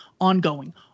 ongoing